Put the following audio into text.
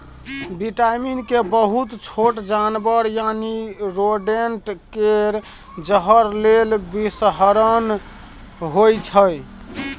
vitamin K बहुत छोट जानबर यानी रोडेंट केर जहर लेल बिषहरण होइ छै